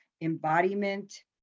embodiment